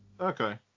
Okay